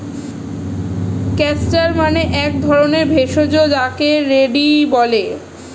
castor মানে এক ধরণের ভেষজ যাকে রেড়ি বলে